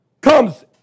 Comes